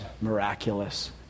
miraculous